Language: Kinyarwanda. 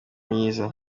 myiza